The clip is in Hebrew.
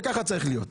וככה זה צריך להיות.